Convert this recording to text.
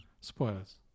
Spoilers